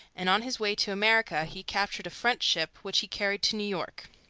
and on his way to america he captured a french ship which he carried to new york.